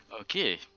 okay